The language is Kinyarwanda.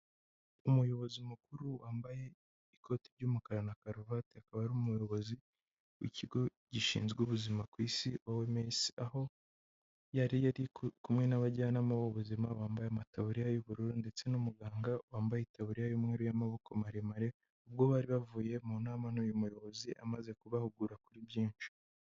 Umuyobozi mukuru wambaye ikoti ry'umukara na karuvati, akaba ari umuyobozi w'ikigo gishinzwe ubuzima ku isi OMS, aho yari ari kumwe n'abajyanama b'ubuzima bambaye amataburiya y'ubururu ndetse n'umuganga wambaye itaburiya y'umweru y'amaboko maremare ubwo bari bavuye mu nama n'uyu muyobozi amaze kubahugura kuri byinshi.